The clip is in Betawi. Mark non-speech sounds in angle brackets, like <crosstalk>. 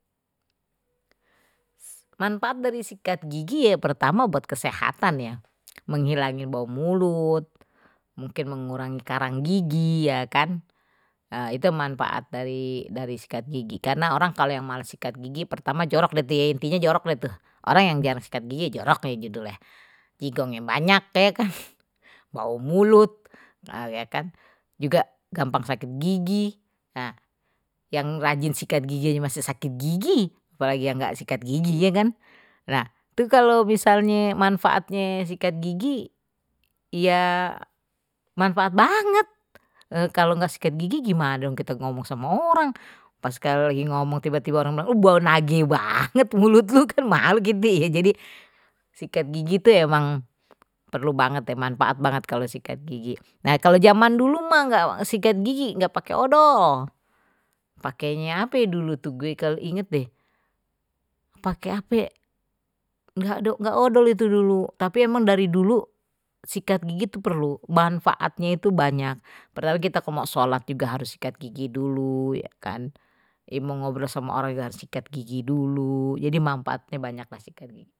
Manfaat dari sikat gigi, <hesitation> pertama buat kesehatan ya, menghilangi bau mulut mungkin mengurangi karang gigi ya kan <hesitation> itu manfaat dari dari sikat gigi karena orang kalau yang malas sikat gigi pertama jorok tuh ye dia intinya jorok, orang yang jarang sikat gigi jorok aje judulnye, jigongnye banyak, <laughs> bau mulut, juga gampang sakit gigi, yang rajin sikat gigi aje masih sakit gigi apalagi yang enggak sikat gigi ya kan nah itu kalau misalnya manfaatnya sikat gigi ya manfaat banget kalau enggak sikat gigi gimana dong kita ngomong sama orang, pas sekali lagi ngomong tiba-tiba, orang ngomong <laughs> bau nage banget mulu loe, ya jadi sikat gigi tuh emang perlu banget ya manfaat banget kalau sikat gigi nah kalau zaman dulu mah enggak sikat gigi enggak pakai odol pakainya apa ya dulu tuh gue ke inget deh pakai ape enggak odol itu dulu tapi emang dari dulu sikat gigi itu perlu manfaatnya itu banyak padahal kita mau salat juga harus sikat gigi dulu ya kan dia mau ngobrol sama orang sikat gigi dulu jadi manfaatnya banyak dah sikat gigi